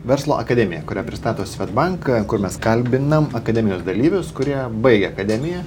verslo akademija kurią pristato swedbank kur mes kalbinam akademijos dalyvius kurie baigę akademiją